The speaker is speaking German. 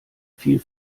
fiel